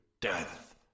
death